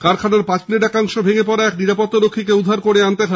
কারখানার পাঁচিলের একাংশ ভেঙ্গে পড়ায় এক নিরাপত্তা রক্ষীকে উদ্ধার করে আনতে হয়